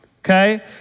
okay